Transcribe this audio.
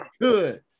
Good